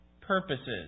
purposes